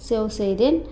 save செய்தேன்